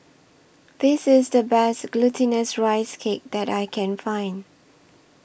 This IS The Best Glutinous Rice Cake that I Can Find